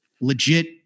legit